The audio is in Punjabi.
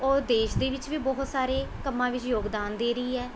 ਉਹ ਦੇਸ਼ ਦੇ ਵਿੱਚ ਵੀ ਬਹੁਤ ਸਾਰੇ ਕੰਮਾਂ ਵਿੱਚ ਯੋਗਦਾਨ ਦੇ ਰਹੀ ਹੈ